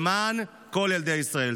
למען כל ילדי ישראל.